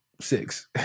six